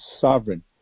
sovereign